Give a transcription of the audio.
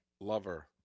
Lover